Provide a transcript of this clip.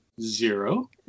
Zero